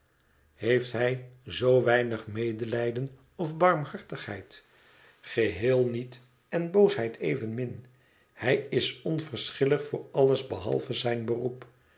heeft hij zoo weinig medelijden of barmhartigheid geheel niet en boosheid evenmin hij is onverschillig voor alles behalve zijn beroep